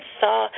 saw